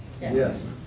Yes